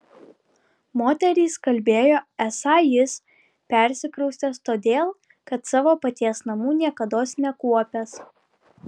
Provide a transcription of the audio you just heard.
moterys kalbėjo esą jis persikraustęs todėl kad savo paties namų niekados nekuopęs